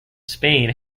spain